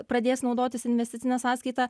pradės naudotis investicine sąskaita